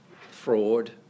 fraud